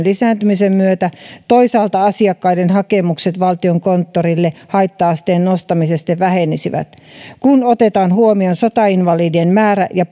lisääntymisen myötä toisaalta asiakkaiden hakemukset valtiokonttorille haitta asteen nostamisesta vähenisivät kun otetaan huomioon sotainvali dien määrä ja